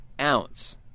ounce